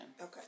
Okay